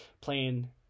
playing